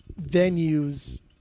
venues